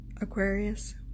Aquarius